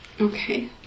Okay